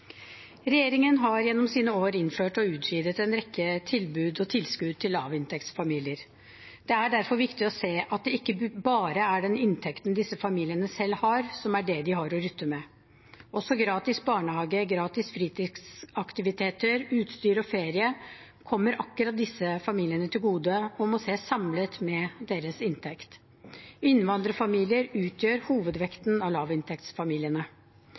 Regjeringen har gjennom sine år innført og utvidet en rekke tilbud og tilskudd til lavinntektsfamilier. Det er derfor viktig å se at det ikke bare er den inntekten disse familiene selv har, som er det de har å rutte med. Også gratis barnehage, gratis fritidsaktiviteter, utstyr og ferie kommer akkurat disse familiene til gode og må ses samlet med deres inntekt. Innvandrerfamilier utgjør hovedvekten av lavinntektsfamiliene.